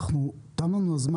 תם הזמן.